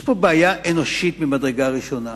יש בעיה אנושית ממדרגה ראשונה.